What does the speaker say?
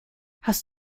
hast